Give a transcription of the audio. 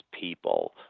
people